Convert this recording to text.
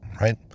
Right